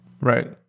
right